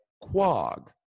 quag